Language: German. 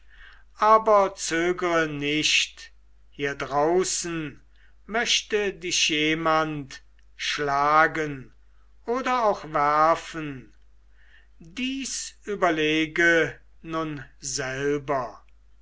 aber zögere nicht hier draußen möchte dich jemand schlagen oder auch werfen dies überlege nun selber